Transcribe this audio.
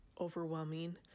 overwhelming